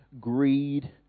Greed